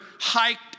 hiked